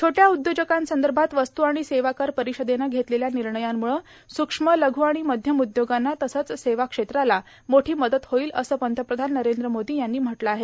छोट्या उद्योजकांसंदभात वस्तू आर्गण सेवा कर र्पारषदेनं घेतलेल्या निणयांमुळं सूक्ष्म लघ् आर्आण मध्यम उद्योगांना तसंच सेवा क्षेत्राला मोठां मदत होईल असं पंतप्रधान नरद्र मोर्दो यांनी म्हटलं आहे